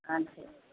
ஆ சரி